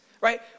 right